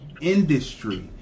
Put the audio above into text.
industry